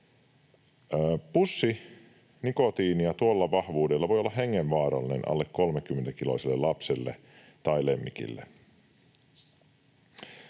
Pussi nikotiinia tuolla vahvuudella voi olla hengenvaarallinen alle 30-kiloiselle lapselle tai lemmikille.